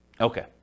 Okay